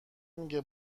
میگه